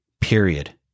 Period